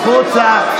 החוצה.